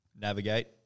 navigate